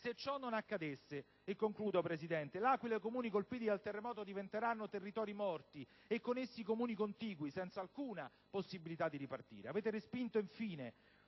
Se ciò non accadrà, L'Aquila e i Comuni colpiti dal terremoto diventeranno territori morti e con essi i Comuni contigui, senza alcuna possibilità di ripartire. Avete respinto, infine,